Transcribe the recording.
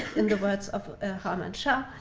in the words of harmansah,